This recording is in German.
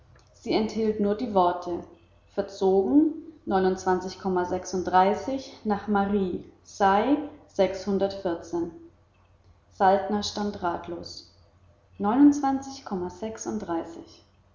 sie enthielt nur die worte verzogen nach mari sei selten stand ratlos